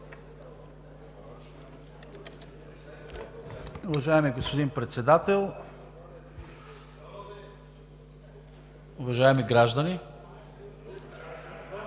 уважаеми граждани!